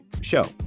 show